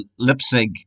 Lipsig